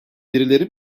birileri